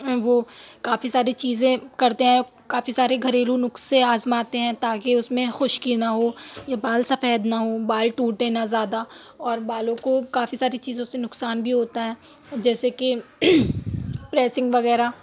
وہ کافی ساری چیزیں کرتے ہیں کافی سارے گھریلو نسخے آزماتے ہیں تاکہ اس میں خشکی نہ ہو یا بال سفید نہ ہو بال ٹوٹے نہ زیادہ اور بالوں کو کافی ساری چیزوں سے نقصان بھی ہوتا ہے جیسے کہ پریسنگ وغیرہ